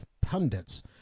pundits